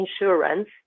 insurance